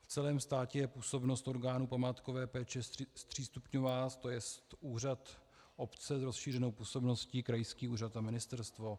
V celém státě je působnost orgánů památkové péče třístupňová, tj. úřad obce s rozšířenou působností krajský úřad ministerstvo.